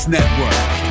Network